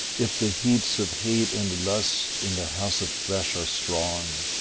if the heats of hate and lust in the house of flesh are strong,